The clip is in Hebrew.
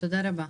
תודה רבה.